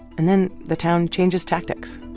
and then the town changes tactics